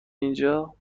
اینجا